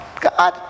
God